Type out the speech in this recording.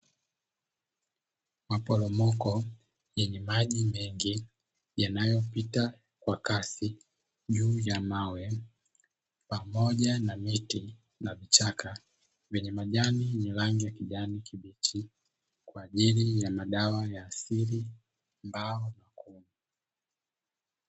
Maporomoko yenye maji mengi yanayopita kwa kasi juu ya mawe, pamoja na miti na vichaka vyenye majani yenye rangi ya kijani kibichi, kwa ajili ya madawa ya asili, mbao na kuuza.